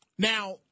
Now